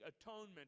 atonement